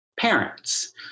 parents